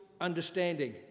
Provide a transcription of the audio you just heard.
understanding